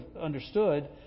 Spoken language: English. understood